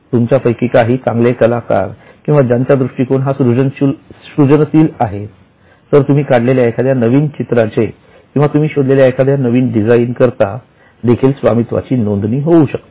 तुमच्या पैकी चांगले कलाकार किंवा ज्यांचा दृष्टिकोन हा सृजनशील आहे तर तुम्ही काढलेल्या एखाद्या नवीन चित्राचे किंवा तुम्ही शोधलेल्या एखाद्या नवीन डिझाईन करता देखील स्वामित्वाची नोंदणी होऊ शकते